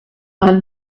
and